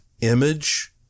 image